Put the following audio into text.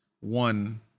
One